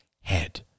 head